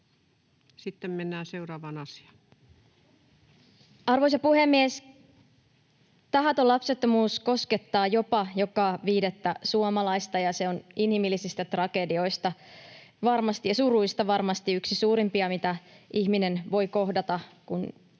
Time: 17:35 Content: Arvoisa puhemies! Tahaton lapsettomuus koskettaa jopa joka viidettä suomalaista, ja se on inhimillisistä tragedioista ja suruista varmasti yksi suurimpia, mitä ihminen voi kohdata, kun toivoisi